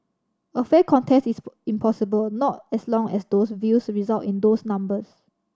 a fair contest is impossible not as long as those views result in those numbers